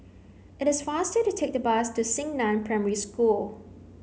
it is faster to take the bus to Xingnan Primary School